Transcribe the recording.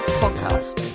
podcast